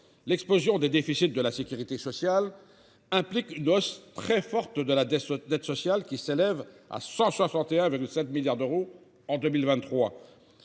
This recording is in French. l’explosion des déficits de la sécurité sociale implique une hausse très forte de la dette sociale, qui s’élève déjà à 161,7 milliards d’euros en 2023.